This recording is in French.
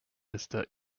resta